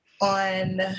on